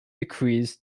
decrees